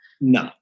no